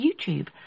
YouTube